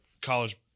college